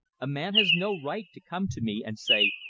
a man has no right to come to me and say,